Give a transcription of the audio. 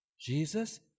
Jesus